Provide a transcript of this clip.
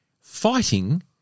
fighting